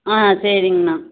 ஆ சரிங்ண்ணா